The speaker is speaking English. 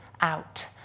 out